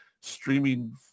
streaming